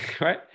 right